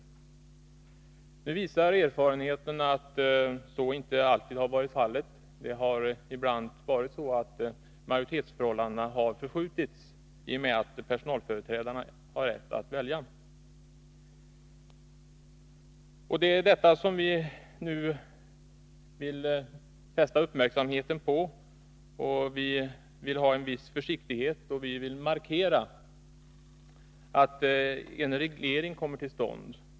Emellertid visar erfarenhetenattså inte alltid varit fallet. När det gäller majoritetsförhållandena har det ibland skett en förskjutning i och med att personalföreträdarna har rösträtt. Vi vill att detta skall uppmärksammas. Vi eftersträvar en viss försiktighet, och vi markerar vårt önskemål om att en reglering kommer till stånd.